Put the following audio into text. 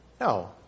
No